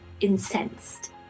incensed